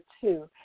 two